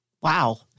Wow